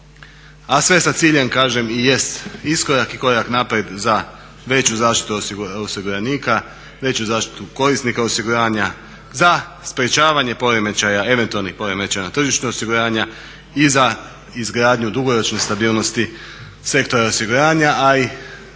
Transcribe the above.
a sve sa ciljem kažem i jest iskorak i korak naprijed za veću zaštitu osiguranika, veću zaštitu korisnika osiguranja, za sprečavanje eventualnih poremećaja na tržištu osiguranja i za izgradnju dugoročne stabilnosti sektora osiguranja, a i